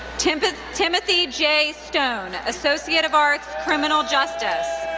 timothy timothy j. stone, associate of arts, criminal justice.